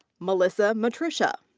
melissa matricia.